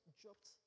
dropped